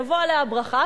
ותבוא עליה הברכה,